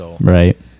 Right